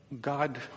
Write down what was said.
God